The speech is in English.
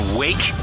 wake